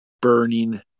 burning